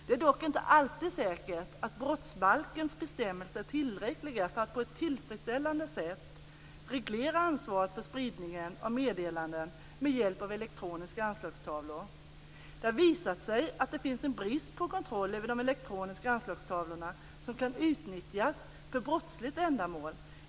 Det är dock inte alltid säkert att brottsbalkens bestämmelser är tillräckliga för att på ett tillfredsställande sätt reglera ansvaret för spridningen av meddelanden med hjälp av elektroniska anslagstavlor. Det har visat sig att det finns en brist på kontroll över de elektroniska anslagstavlorna vilken kan utnyttjas för brottsligt ändamål.